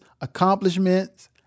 accomplishments